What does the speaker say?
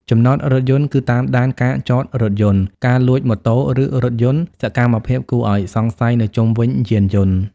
ចំណតរថយន្ត គឺតាមដានការចតរថយន្ត ការលួចម៉ូតូឬរថយន្ត សកម្មភាពគួរឱ្យសង្ស័យនៅជុំវិញយានយន្ត។